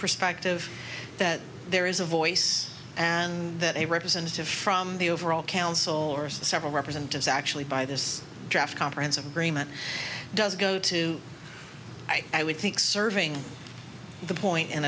perspective that there is a voice and that a representative from the overall council or several representatives actually by this draft conference of agreement does go to i would think serving the point